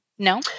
No